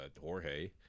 jorge